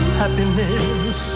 happiness